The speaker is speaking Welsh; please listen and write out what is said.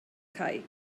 cae